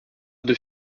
deux